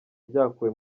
byakuwe